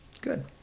good